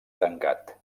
tancat